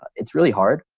it's really hard.